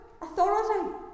Authority